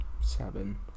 Seven